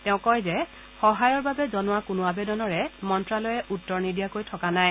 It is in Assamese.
তেওঁ কয় যে সহায়ৰ বাবে জনোৱা কোনো আৱেদনৰে মন্ত্যালয়ে উত্তৰ নিদিয়াকৈ থকা নাই